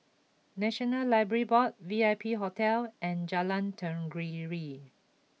National Library Board V I P Hotel and Jalan Tenggiri